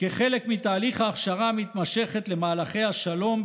כחלק מתהליך ההכשרה המתמשכת למהלכי ה"שלום",